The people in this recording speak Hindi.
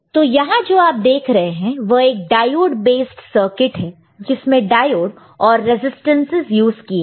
तो यहां जो आप देख रहे हो वह एक डायोड बेस्ड सर्किट है जिसमें डायोड और रेसीस्टेंस यूज किए हैं